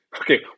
Okay